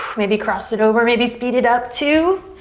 maybe cross it over, maybe speed it up, two,